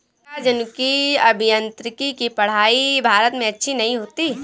क्या जनुकीय अभियांत्रिकी की पढ़ाई भारत में अच्छी नहीं होती?